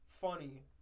funny